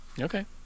Okay